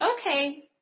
okay